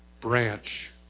Branch